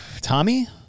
Tommy